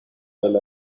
well